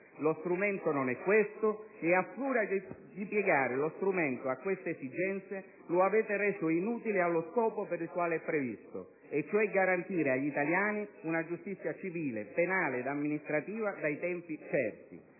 Lo strumento non è questo e, a furia di piegarlo a queste esigenze, lo avete reso inutile allo scopo per il quale è previsto, cioè garantire agli italiani una giustizia civile, penale ed amministrativa dai tempi certi.